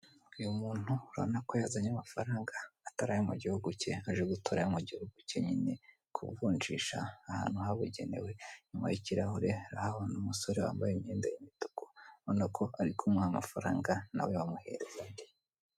Uyu muntu urabona ko yazanye amafaranga atarayo mu gihugu cye aje gutora ayo mu gihugu cye nyine , kuvunjisha ahantu habugenewe. Inyuma y'ikirahure urahabona umusore wambaye imyenda y'umutuku urabona ko ari kumuha amafaranga nawe bamuhereza andi.